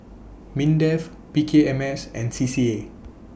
Mindef P K M S and C C A